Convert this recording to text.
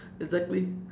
exactly